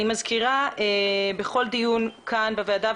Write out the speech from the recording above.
אני מזכירה בכל דיון כאן בוועדה,